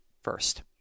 first